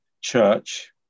church